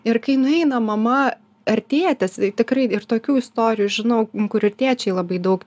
ir kai nueina mama ar tėtis tikrai ir tokių istorijų žinau kurių tėčiai labai daug